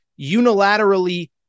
unilaterally